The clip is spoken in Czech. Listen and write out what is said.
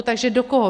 Takže do koho?